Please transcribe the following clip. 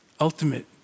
ultimate